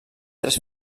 tres